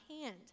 hand